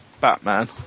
Batman